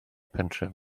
pentref